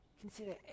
Consider